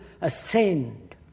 ascend